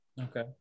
Okay